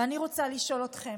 ואני רוצה לשאול אתכם: